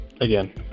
again